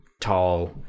tall